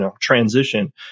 transition